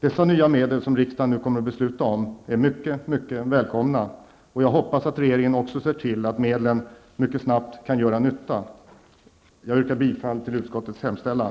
De nya medel som riksdagen nu kommer att besluta om är mycket, mycket välkomna, och jag hoppas att regeringen också ser till att medlen mycket snabbt kan göra nytta. Jag yrkar bifall till utskottets hemställan.